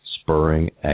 spurring